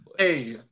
Hey